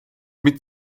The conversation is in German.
mit